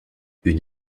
une